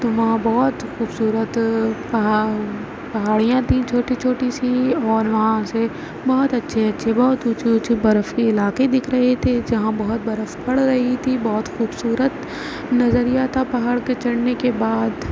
تو وہاں بہت خوبصورت پہاڑ پہاڑیاں تھی چھوٹی چھوٹی سی اور وہاں سے بہت اچھے اچھے بہت اونچے اونچے برف کے علاقے دکھ رہے تھے جہاں بہت برف پڑ رہی تھی بہت خوبصورت نظریہ تھا پہاڑ کے چڑھنے کے بعد